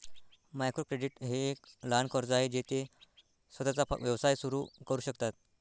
micro credit हे एक लहान कर्ज आहे जे ते स्वतःचा व्यवसाय सुरू करू शकतात